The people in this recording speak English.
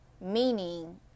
Meaning